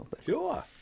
Sure